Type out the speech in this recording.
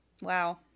Wow